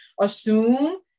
assume